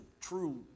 true